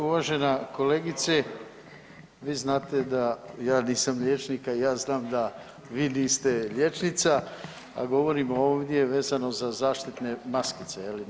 Uvažena kolegice vi znate da ja nisam liječnik, a ja znam da vi niste liječnica, a govorimo ovdje vezano za zaštitne maskice je li.